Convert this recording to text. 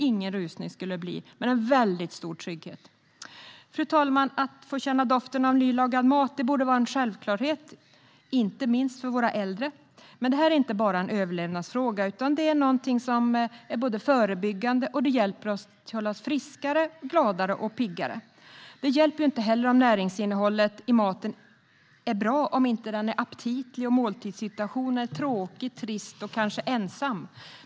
Ingen rusning skulle det bli, men det skulle ge stor trygghet. Fru talman! Att få känna doften av nylagad mat borde vara en självklarhet, inte minst för våra äldre. Mat är inte bara en överlevnadsfråga utan också något som både är förebyggande och hjälper till att hålla oss friska, glada och pigga. Det hjälper dock inte att näringsinnehållet är bra om maten inte är aptitlig och måltidssituationen är tråkig, trist och kanske ensam.